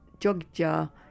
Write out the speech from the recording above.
Jogja